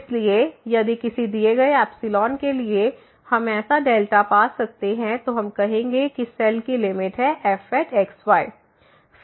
इसलिए यदि किसी दिए गए एप्सिलॉन के लिए हम ऐसा डेल्टा पा सकते हैं तो हम कहेंगे कि सेल की लिमिट है fx y